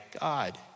God